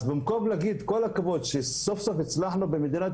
אז במקום להגיד כל הכבוד שסוף סוף הצלחנו במדינת